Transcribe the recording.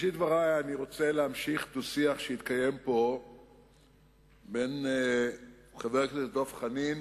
בראשית דברי אני רוצה להמשיך דו-שיח שהתקיים פה בין חבר הכנסת דב חנין